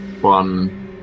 one